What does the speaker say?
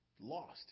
lost